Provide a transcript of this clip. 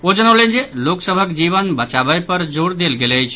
ओ जनौलनि जे लोक सभक जीवन बचाबय पर जोर देल गेल अछि